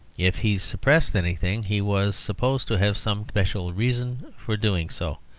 if he suppressed anything, he was supposed to have some special reason for doing so